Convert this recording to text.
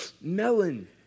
melon